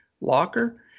locker